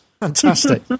Fantastic